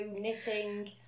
knitting